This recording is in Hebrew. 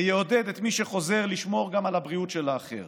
ויעודד את מי שחוזר לשמור גם על הבריאות של האחר.